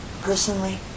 personally